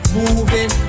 moving